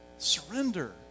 surrender